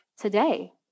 today